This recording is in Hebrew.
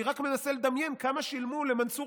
אני רק מנסה לדמיין כמה שילמו למנסור